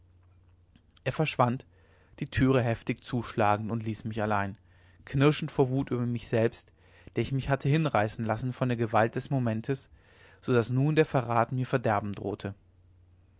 er verschwand die türe heftig zuschlagend und ließ mich allein knirschend vor wut über mich selbst der ich mich hatte hinreißen lassen von der gewalt des moments so daß nun der verrat mir verderben drohte